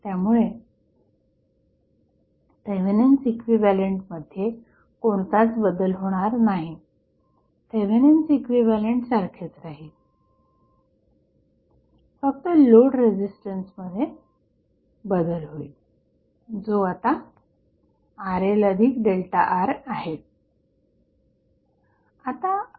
त्यामुळे थेवेनिन्स इक्विव्हॅलंटमध्ये कोणताच बदल होणार नाही थेवेनिन्स इक्विव्हॅलंट सारखेच राहील फक्त लोड रेझिस्टन्समध्ये बदल होईल जो आता RLΔR आहे